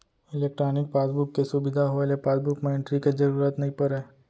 electronic passbook के सुबिधा होए ले पासबुक म एंटरी के जरूरत नइ परय